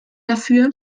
dafür